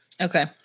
Okay